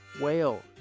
whale